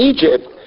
Egypt